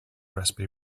recipe